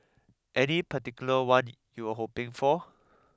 any particular one you were hoping for